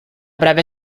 breve